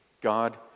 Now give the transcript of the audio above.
God